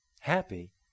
Happy